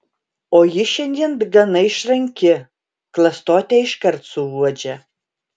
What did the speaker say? o ji šiandien gana išranki klastotę iškart suuodžia